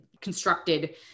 constructed